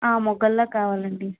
మొగ్గల్లో కావాలండి